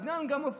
גם הסגן הופיע.